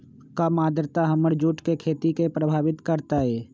कम आद्रता हमर जुट के खेती के प्रभावित कारतै?